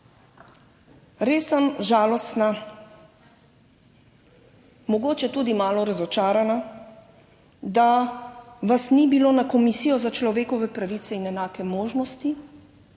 Res sem žalostna, mogoče tudi malo razočarana, da vas ni bilo na Komisijo za človekove pravice in enake možnosti,